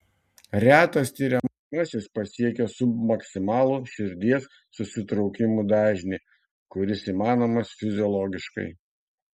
retas tiriamasis pasiekia submaksimalų širdies susitraukimų dažnį kuris įmanomas fiziologiškai